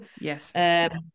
yes